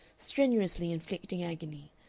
strenuously inflicting agony,